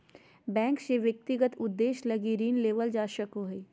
bank से व्यक्तिगत उद्देश्य लगी ऋण लेवल जा सको हइ